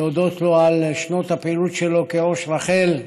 להודות לו על שנות הפעילות שלו כראש רח"ל,